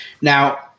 Now